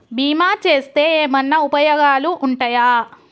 బీమా చేస్తే ఏమన్నా ఉపయోగాలు ఉంటయా?